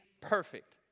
perfect